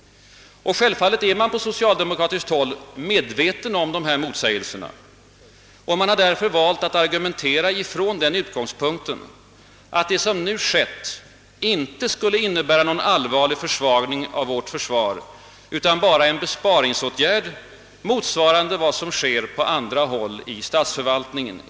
Självfallet är man på socialdemokratiskt håll medveten om dessa motsägelser, Man har därför valt att argumentera från den utgångspunkten, att det som nu har skett inte skulle innebära någon allvarlig försvagning av vårt försvar utan att det bara är en besparingsåtgärd motsvarande vad som sker på andra håll i statsförvaltningen.